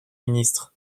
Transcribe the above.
ministre